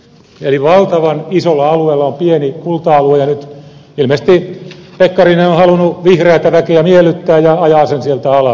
eli valtavan isolla alueella on pieni kulta alue ja nyt ilmeisesti pekkarinen on halunnut vihreätä väkeä miellyttää ja ajaa sen sieltä alas